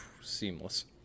seamless